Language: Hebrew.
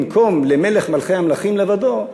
במקום למלך מלכי המלכים לבדו,